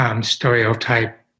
Stereotype